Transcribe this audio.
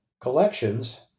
collections